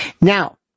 Now